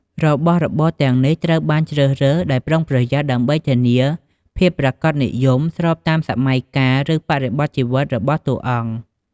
របស់របរទាំងនេះត្រូវបាន ជ្រើសរើសដោយប្រុងប្រយ័ត្នដើម្បីធានាភាពប្រាកដនិយម ស្របតាមសម័យកាល ឬបរិបទជីវិតរបស់តួអង្គ។